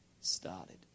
started